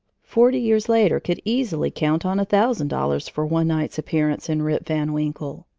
forty years later could easily count on a thousand dollars for one night's appearance in rip van winkle.